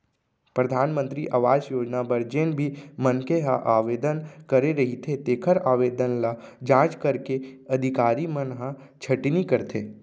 परधानमंतरी आवास योजना बर जेन भी मनखे ह आवेदन करे रहिथे तेखर आवेदन ल जांच करके अधिकारी मन ह छटनी करथे